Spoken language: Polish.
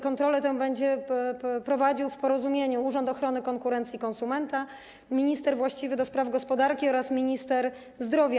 Kontrolę tę będą prowadzili - w porozumieniu - Urząd Ochrony Konkurencji i Konsumentów, minister właściwy do spraw gospodarki oraz minister zdrowia.